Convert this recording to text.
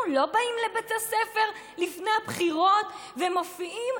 אנחנו לא באים לבית הספר לפני הבחירות ומופיעים,